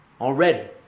Already